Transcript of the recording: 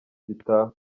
gitaha